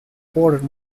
quarter